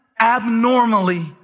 abnormally